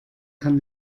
kann